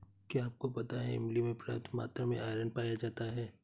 क्या आपको पता है इमली में पर्याप्त मात्रा में आयरन पाया जाता है?